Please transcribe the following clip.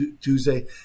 Tuesday